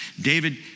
David